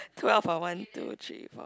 twelve for one two three four